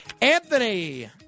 Anthony